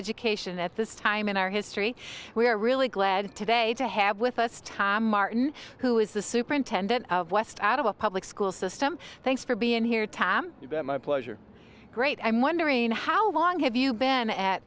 education at this time in our history we are really glad today to have with us tom martin who is the superintendent of west out of a public school system thanks for being here tom you bet my pleasure great i'm wondering how long have you been at